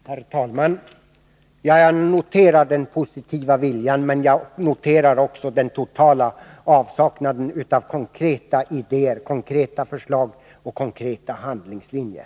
Herr talman! Jag noterar den positiva viljan men också den totala avsaknaden av konkreta idéer, förslag och handlingslinjer.